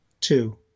Two